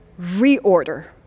reorder